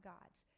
God's